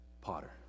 potter